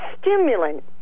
stimulant